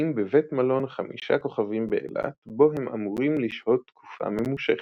מתקבצים בבית מלון חמישה כוכבים באילת בו הם אמורים לשהות תקופה ממושכת.